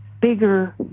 bigger